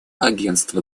агентство